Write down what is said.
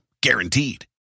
Guaranteed